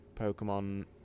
Pokemon